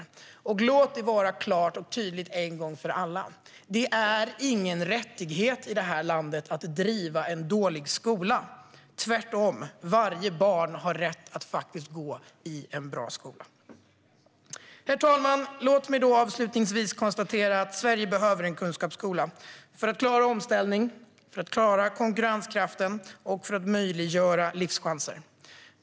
Låt det en gång för alla vara klart och tydligt: Det är ingen rättighet i detta land att driva en dålig skola. Tvärtom har varje barn rätt att gå i en bra skola. Herr talman! Låt mig avslutningsvis konstatera att Sverige behöver en kunskapsskola - för att klara omställning och konkurrenskraft och för att möjliggöra livschanser.